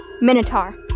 Minotaur